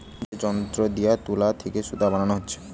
এ যন্ত্র দিয়ে তুলা থিকে সুতা বানানা হচ্ছে